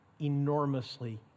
enormously